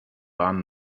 waren